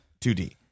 2D